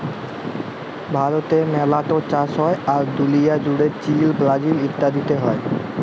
ভারতে মেলা ট চাষ হ্যয়, আর দুলিয়া জুড়ে চীল, ব্রাজিল ইত্যাদিতে হ্য়য়